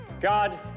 God